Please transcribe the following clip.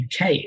UK